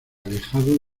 alejado